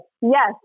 Yes